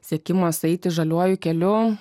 siekimas eiti žaliuoju keliu